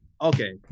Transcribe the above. Okay